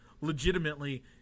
legitimately